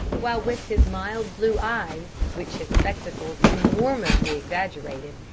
while with his mild blue eyes, which his spectacles enormously exaggerated,